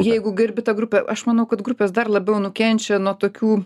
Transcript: jeigu gerbi tą grupę aš manau kad grupės dar labiau nukenčia nuo tokių